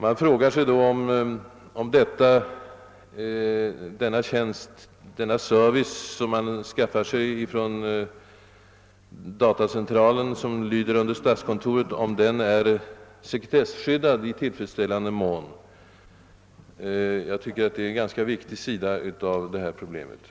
Man frågar sig då om denna service från den datacentral, som lyder under statskontoret, är tillfredsställande sekretesskyddad. Jag tycker att detta är en ganska viktig sida av detta problemkomplex.